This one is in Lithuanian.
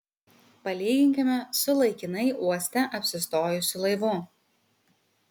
palyginkime su laikinai uoste apsistojusiu laivu